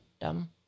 dumb